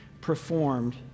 performed